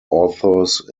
authors